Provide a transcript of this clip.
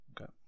Okay